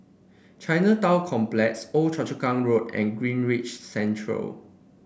Chinatown Complex Old Choa Chu Kang Road and Greenridge Center